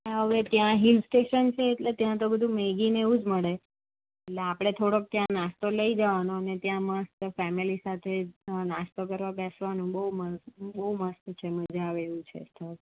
ને હવે ત્યાં હિલ સ્ટેશન છે એટલે ત્યાં તો બધું મેગી ને એવું જ મળે એટલે આપણે થોડોક ત્યાં નાશ્તો લઈ જવાનો અને ત્યાં મસ્ત ફેમેલી સાથે નાશ્તો કરવાં બેસવાનું બહું બહું મસ્ત છે મજા આવે એવું છે